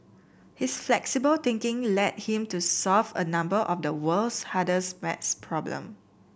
his flexible thinking led him to solve a number of the world's hardest maths problem